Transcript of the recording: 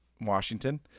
washington